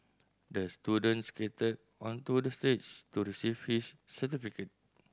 the student skated onto the stage to receive his certificate